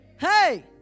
Hey